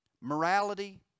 Morality